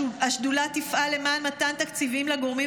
השדולה תפעל למען מתן תקציבים לגורמים